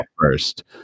first